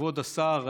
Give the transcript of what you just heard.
כבוד השר,